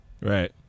Right